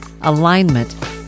alignment